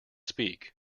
speak